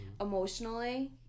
emotionally